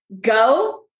go